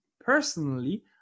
personally